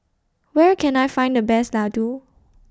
Where Can I Find The Best Laddu